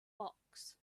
box